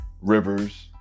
Rivers